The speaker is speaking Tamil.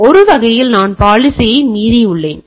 எனவே ஒரு வகையில் நான் பாலிசியை மீறியுள்ளேன்